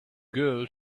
girl